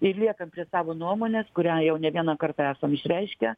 ir liekam prie savo nuomonės kurią jau ne vieną kartą esam išreiškę